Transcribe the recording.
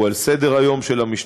הוא על סדר-היום של המשטרה,